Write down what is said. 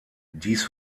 dies